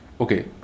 Okay